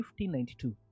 1592